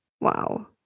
wow